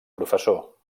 professor